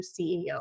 CEO